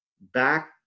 back